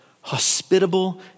hospitable